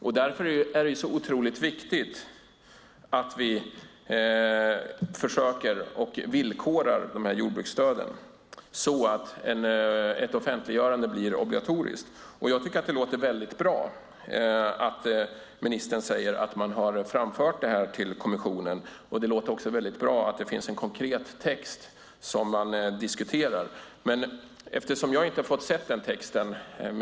Det är därför otroligt viktigt att vi försöker att villkora jordbruksstöden så att ett offentliggörande blir obligatoriskt. Jag tycker att det låter bra att man har framfört det till kommissionen. Det låter också bra att det finns en konkret text som man diskuterar. Jag har inte fått se den texten.